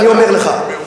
חסמב"ה.